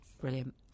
Brilliant